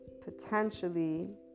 potentially